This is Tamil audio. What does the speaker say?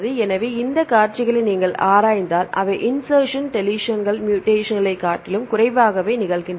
எனவே இந்த காட்சிகளை நீங்கள் ஆராய்ந்தால் அவை இன்செர்சன் டெலிஷன்கள் மூடேசன்களைக் காட்டிலும் குறைவாகவே நிகழ்கின்றன